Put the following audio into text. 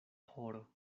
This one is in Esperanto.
horo